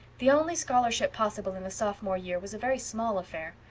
the only scholarship possible in the sophomore year was a very small affair.